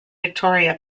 victoria